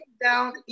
down